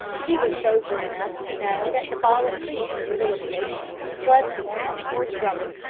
he was sober enough to know that to fall asleep in the middle of the ocean was to ask for trouble,